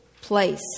place